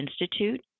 Institute